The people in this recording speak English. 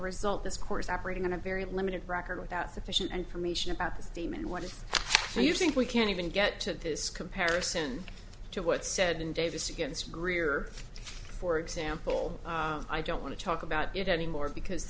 result this course operating on a very limited record without sufficient information about this team and what do you think we can't even get to this comparison to what's said in davis against greer for example i don't want to talk about it any more because